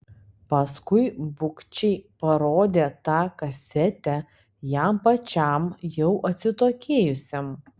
paskui bugščiai parodė tą kasetę jam pačiam jau atsitokėjusiam